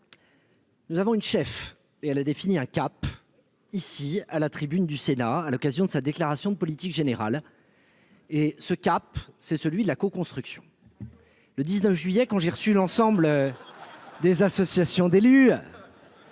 nous avons une chef, et elle a défini un cap, ici, à la tribune du Sénat à l'occasion de sa déclaration de politique générale. Fayot ! Ce cap, c'est celui de la coconstruction. Le 19 juillet dernier, lorsque j'ai reçu les associations d'élus,